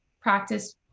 practice